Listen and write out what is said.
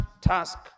task